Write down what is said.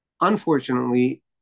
Unfortunately